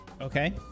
Okay